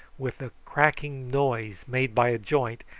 with the cracking noise made by a joint,